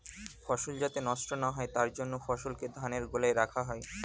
ফসল যাতে নষ্ট না হয় তার জন্য ফসলকে ধানের গোলায় রাখা হয়